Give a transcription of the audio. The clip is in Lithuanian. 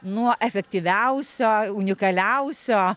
nuo efektyviausio unikaliausio